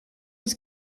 ist